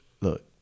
look